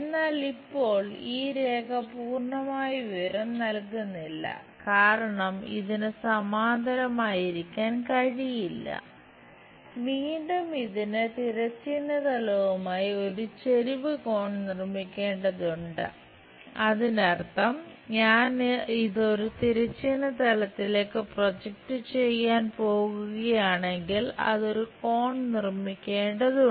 എന്നാൽ ഇപ്പോൾ ഈ രേഖ പൂർണ്ണമായ വിവരമല്ല കാരണം ഇതിന് സമാന്തരമായിരിക്കാൻ കഴിയില്ല വീണ്ടും ഇതിന് തിരശ്ചീന തലവുമായി ഒരു ചെരിവ് കോൺ നിർമ്മിക്കേണ്ടതുണ്ട് അതിനർത്ഥം ഞാൻ ഇത് ഒരു തിരശ്ചീന തലത്തിലേക്ക് പ്രൊജക്റ്റ് ചെയ്യാൻ പോകുകയാണെങ്കിൽ അത് ഒരു കോൺ നിർമ്മിക്കേണ്ടതുണ്ട്